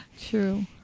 True